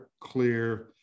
clear